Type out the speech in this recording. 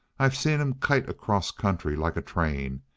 i've seen him kite across country like a train!